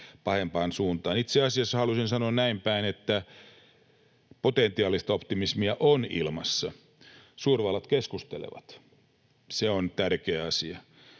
pahempaan suuntaan. Itse asiassa haluaisin sanoa näin päin, että potentiaalista optimismia on ilmassa: suurvallat keskustelevat. Se on tärkeä asia.